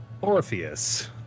Orpheus